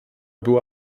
była